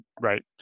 right